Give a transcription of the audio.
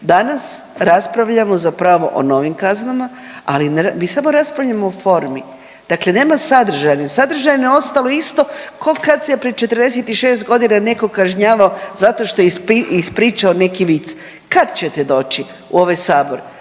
Danas raspravljamo zapravo o novim kaznama, ali mi samo raspravljamo o formi. Dakle, nema sadržajno, sadržajno je ostalo isto ko kad se prije 46 godina netko kažnjavao zato što je ispričao neki vic. Kad ćete doći u ovaj sabor